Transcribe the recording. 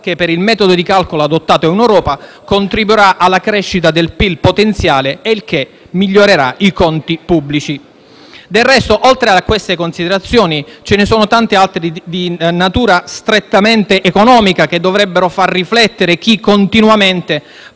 che, per il metodo di calcolo adottato in Europa, contribuirà alla crescita del PIL potenziale, il che migliorerà i conti pubblici. Del resto, oltre a queste considerazioni, ce ne sono tante altre di natura strettamente economica, che dovrebbero far riflettere chi, continuamente,